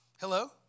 Hello